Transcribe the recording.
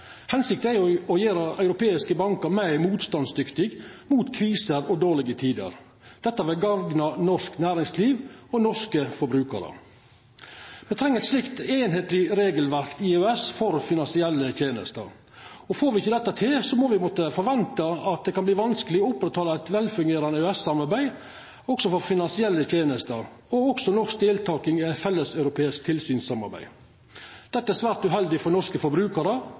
Hensikta er jo å gjera europeiske bankar meir motstandsdyktige mot kriser og dårlege tider. Dette vil gagna norsk næringsliv og norske forbrukarar. Me treng eit slikt einsarta regelverk i EØS for finansielle tenester. Får me ikkje dette til, må me forventa at det kan verta vanskeleg å oppretthalda eit velfungerande EØS-samarbeid for finansielle tenester og også norsk deltaking i eit felleseuropeisk tilsynssamarbeid. Dette er svært uheldig for norske forbrukarar,